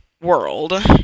World